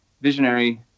visionary